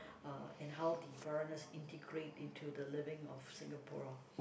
uh and how diverseness integrate into the living of Singapura